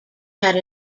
had